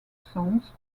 songs